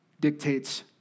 dictates